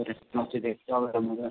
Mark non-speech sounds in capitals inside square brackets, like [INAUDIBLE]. [UNINTELLIGIBLE] দেখতে হবে এটা বোঝা যাচ্ছে